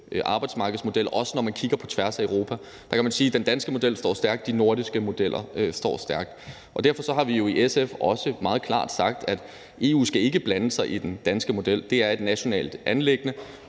arbejdsmarkedsmodel, også når man kigger på tværs af Europa. Der kan man sige, at den danske model står stærkt, og at de nordiske modeller står stærkt. Derfor har vi i SF også meget klart sagt, at EU ikke skal blande sig i den danske model, og at det er et nationalt anliggende.